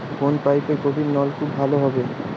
কোন পাইপে গভিরনলকুপ ভালো হবে?